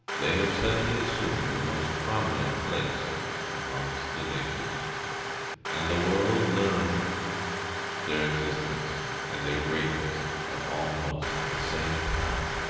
they have suddenly assumed a most prominent place amongst the nations and the world learned their existence and their greatness at almost the same time.